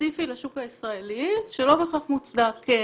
ספציפי לשוק הישראלי, שלא בהכרח מוצדק.